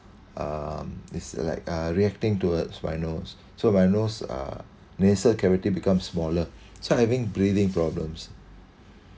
um it's like uh reacting towards my nose so my nose uh nasal cavity becomes smaller start having breathing problems